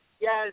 Yes